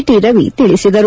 T Ravi ತಿಳಿಸಿದರು